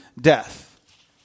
death